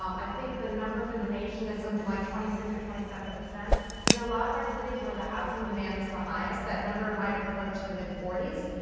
um i think the number for the nation is something like twenty six or twenty seven, but in a lot of our cities where the housing demand is the highest, that number might approach the mid-forties.